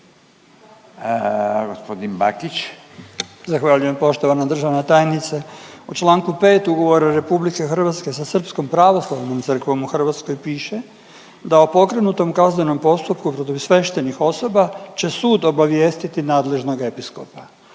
(Možemo!)** Zahvaljujem. Poštovana državna tajnice, u Članku 5. Ugovora RH sa Srpskom pravoslavnom crkvom u Hrvatskoj piše da o pokrenutom kaznenom postupku protiv sveštenih osoba će sud obavijestiti nadležnog episkopa,